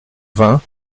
vingt